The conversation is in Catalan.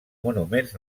monuments